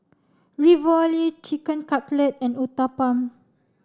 Ravioli Chicken Cutlet and Uthapam